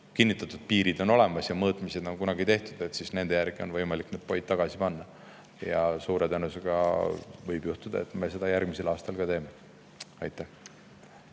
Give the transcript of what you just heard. kinnitatud piirid on olemas, mõõtmised on kunagi tehtud ning nende järgi on võimalik need poid tagasi panna. Suure tõenäosusega võib juhtuda, et me seda järgmisel aastal ka teeme. Rain